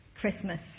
Christmas